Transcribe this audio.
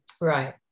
Right